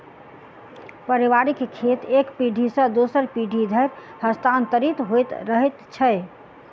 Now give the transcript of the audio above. पारिवारिक खेत एक पीढ़ी सॅ दोसर पीढ़ी धरि हस्तांतरित होइत रहैत छै